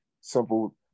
simple